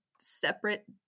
separate